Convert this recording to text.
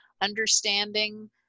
understanding